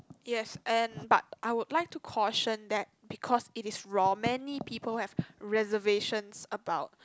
yes and but I would like to caution that because it is raw many people have reservations about